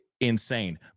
insane